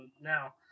now